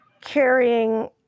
carrying